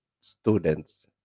students